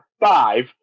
five